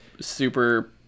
super